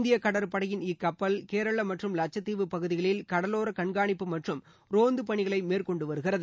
இந்திய கடற்படையின் இக்கப்பல் கேரள மற்றும் வட்சத்தீவு பகுதிகளில் கடலோர கண்காணிப்பு மற்றும் ரோந்து பணிகளை மேற்கொண்டு வருகிறது